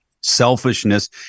selfishness